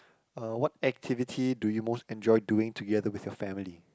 uh what activity do you most enjoy doing together with your family